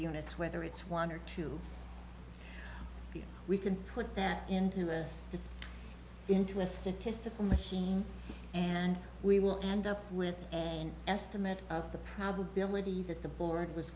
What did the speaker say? units whether it's one or two we can put that into this into a statistical machine and we will end up with an estimate of the probability that the board was